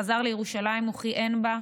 חזר לירושלים וכיהן בה כרב.